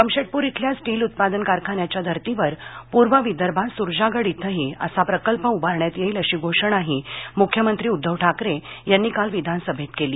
जमशेटपूर इथल्या स्टील उत्पादन कारखान्याच्या धर्तीवर पूर्व विदर्भात सूरजागड इथहि असा प्रकल्प उभारण्यात येइल अशी घोषणा ही मूख्यमंत्री उद्धव ठाकरे यांनी काल विधानसभेत केली